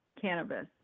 cannabis